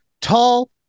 tall